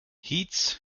heats